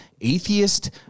atheist